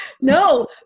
No